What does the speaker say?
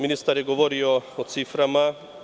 Ministar je govorio o ciframa.